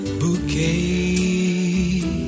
bouquet